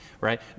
right